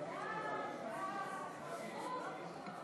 ההצעה